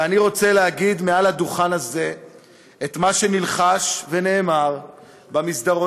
ואני רוצה להגיד מעל הדוכן הזה את מה שנלחש ונאמר במסדרונות